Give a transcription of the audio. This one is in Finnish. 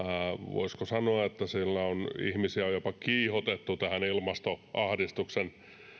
voisiko sanoa että siellä on ihmisiä jopa kiihotettu tähän ilmastoahdistuksen